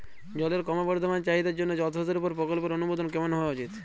জলের ক্রমবর্ধমান চাহিদার জন্য জলসেচের উপর প্রকল্পের অনুমোদন কেমন হওয়া উচিৎ?